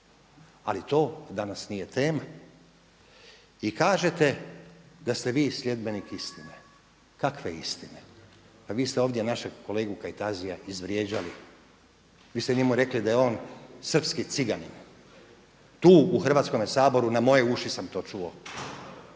ali to danas nije tema. I kažete da ste vi sljedbenik istine. Kakve istine? Pa vi ste ovdje našeg kolegu Kajtazija izvrijeđali. Vi ste njemu rekli da je on srpski ciganin, tu u Hrvatskome saboru na moje uši sam to čuo.